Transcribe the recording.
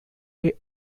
day